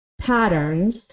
patterns